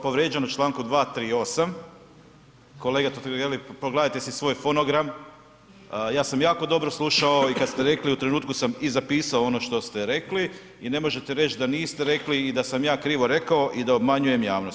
povrijeđen u članku 238., kolega Totgergeli, pogledajte si svoj fonogram, ja sam jako dobro slušao i kad ste rekli, u trenutku sam i zapisao ono što ste rekli i ne možete reći da niste rekli i da sam ja krivo rekao i da obmanjujem javnost.